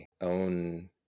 own